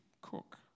Cook